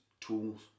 tools